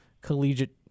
collegiate